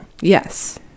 yes